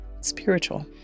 spiritual